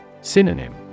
Synonym